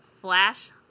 Flash